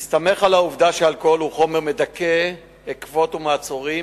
בהסתמך על העובדה שאלכוהול הוא חומר מדכא עכבות ומעצורים,